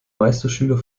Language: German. meisterschüler